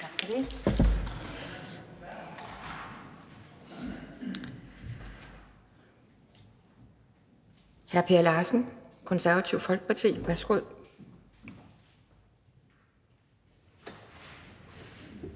Hr. Per Larsen, Det Konservative Folkeparti. Værsgo.